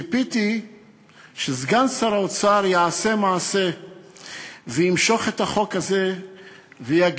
ציפיתי שסגן שר האוצר יעשה מעשה וימשוך את החוק הזה ויגיד: